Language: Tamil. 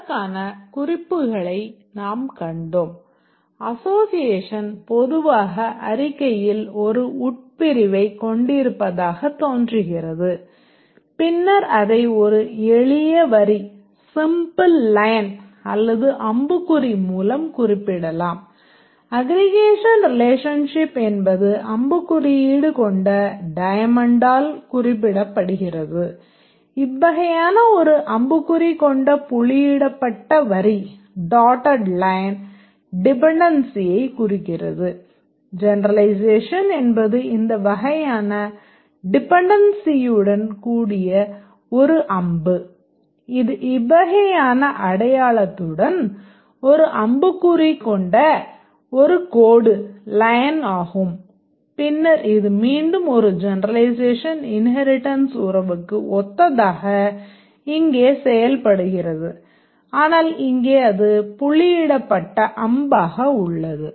அதற்கான குறிப்புகளை நாம் கண்டோம் அசோசியேஷன் பொதுவாக அறிக்கையில் ஒரு உட்பிரிவைக் கொண்டிருப்பதாகத் தோன்றுகிறது பின்னர் அதை ஒரு எளிய வரி ஆகும் பின்னர் இது மீண்டும் ஒரு ஜெனெரலைசேஷன் இன்ஹேரிட்டன்ஸ் உறவுக்கு ஒத்ததாக இங்கே செயல்படுகிறது ஆனால் இங்கே அது புள்ளியிடப்பட்ட அம்பாக உள்ளது